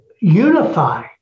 unify